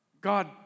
God